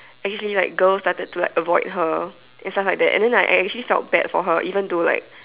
actually like girls started to avoid her and stuff like that and then I actually felt bad for her even though like